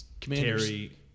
Terry